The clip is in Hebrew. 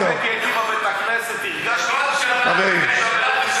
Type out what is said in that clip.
אצלי בבית-הכנסת, חבר הכנסת